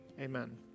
Amen